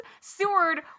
Seward